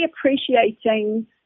appreciating